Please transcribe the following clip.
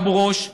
לאבו גוש,